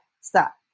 stop